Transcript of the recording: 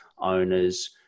owners